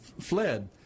fled